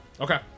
Okay